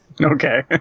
Okay